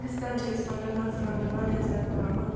رِستَن چھِ أسۍ مگر مرژٕوانٛگَن واریاہ زیادٕ ترٛاوان